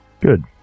Good